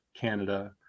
Canada